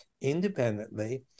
independently